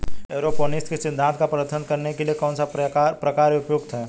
Aeroponics के सिद्धांत का प्रदर्शन करने के लिए कौन सा प्रकार उपयुक्त है?